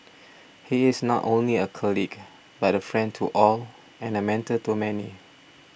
he is not only a colleague but a friend to all and a mentor to many